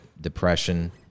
depression